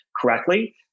correctly